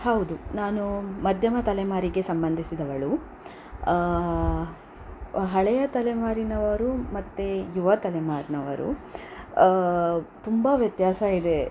ಹೌದು ನಾನು ಮಧ್ಯಮ ತಲೆಮಾರಿಗೆ ಸಂಬಂಧಿಸಿದವಳು ಹಳೆಯ ತಲೆಮಾರಿನವರು ಮತ್ತು ಯುವ ತಲೆಮಾರಿನವರು ತುಂಬ ವ್ಯತ್ಯಾಸವಿದೆ